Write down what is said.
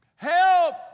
Help